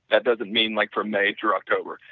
that doesn't mean like from may through october,